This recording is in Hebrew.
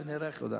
תודה.